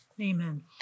Amen